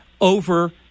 over